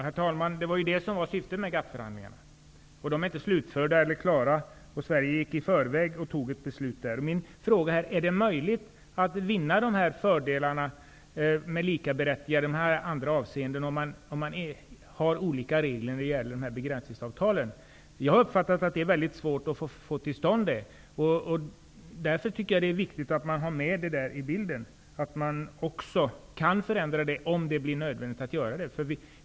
Herr talman! Det var det som var syftet med GATT-förhandlingarna. De är inte slutförda. Sverige gick i förväg och fattade ett beslut. Min fråga är: Är det möjligt att vinna fördelarna med likaberättigande och i andra avseenden om man har olika regler i begränsningsavtalen? Jag har uppfattat att det är mycket svårt att få detta till stånd. Därför tycker jag att det är viktigt att ha med i bilden att man också kan förändra avtalen, om det blir nödvändigt att göra det.